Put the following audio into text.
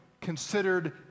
considered